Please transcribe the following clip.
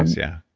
yeah.